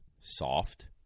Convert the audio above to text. soft